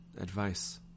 Advice